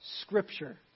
Scripture